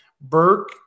Burke